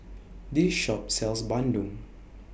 This Shop sells Bandung